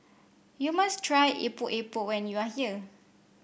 you must try Epok Epok when you are here